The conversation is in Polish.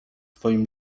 twoim